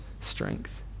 strength